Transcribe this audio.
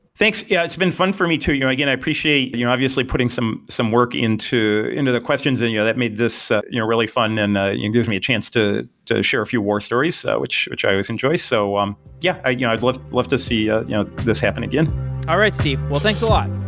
thanks. yeah it's been fun for me to. you know again, i appreciate you know obviously putting some some work into into the questions and you know that made this you know really fun and it ah yeah gives me a chance to to share a few war stories, so which which i always enjoy. so um yeah, i'd you know i'd love love to see ah you know this happen again all right, steve. thanks a lot